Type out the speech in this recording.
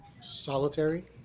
solitary